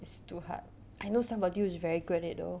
it's too hard I know somebody who is very good at it though